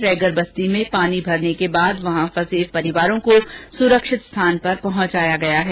रैगर बस्ती में पानी भरने के बाद वहां फंसे परिवारों को सुरक्षित स्थान पर पहुंचाया गया है